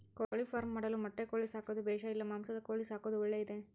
ಕೋಳಿಫಾರ್ಮ್ ಮಾಡಲು ಮೊಟ್ಟೆ ಕೋಳಿ ಸಾಕೋದು ಬೇಷಾ ಇಲ್ಲ ಮಾಂಸದ ಕೋಳಿ ಸಾಕೋದು ಒಳ್ಳೆಯದೇ?